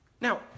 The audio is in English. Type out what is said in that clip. Now